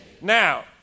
now